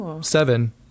seven